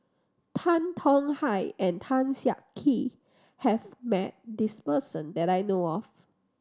Tan Tong Hye and Tan Siak Kew has met this person that I know of